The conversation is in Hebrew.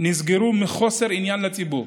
נסגרו מחוסר עניין לציבור.